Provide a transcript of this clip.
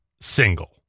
single